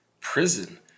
prison